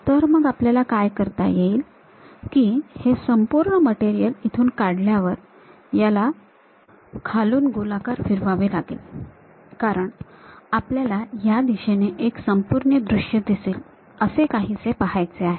तर मग आपल्याला काय करता येईल की हे संपूर्ण मटेरियल इथून काढल्यावर याला खालून गोलाकार फिरवावे लागेल कारण आपल्याला या दिशेने एक संपूर्ण दृश्य दिसेल असे काहीसे पाहायचे आहे